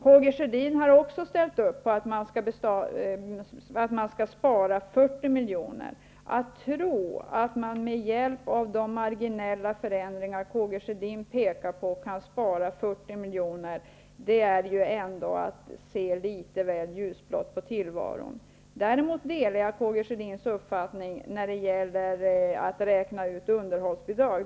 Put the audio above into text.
Karl Gustaf Sjödin har också ställt sig bakom att man skall spara 40 milj.kr. Att då tro att man med hjälp av de marginella förändringar som Karl Gustaf Sjödin pekar på kan spara 40 milj.kr. är ändå att se litet väl ljusblått på tillvaron. Däremot delar jag Karl Gustaf Sjödins uppfattning när det gäller att räkna ut underhållsbidrag.